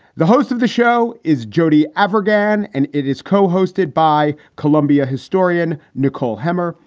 the host of the show is jodi ever again. and it is cohosted by columbia historian nicole hemmer.